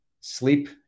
Sleep